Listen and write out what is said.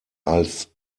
als